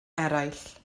eraill